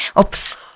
Oops